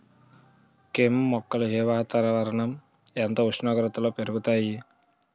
కెమ్ మొక్కలు ఏ వాతావరణం ఎంత ఉష్ణోగ్రతలో పెరుగుతాయి?